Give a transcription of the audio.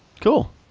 cool